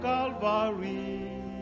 Calvary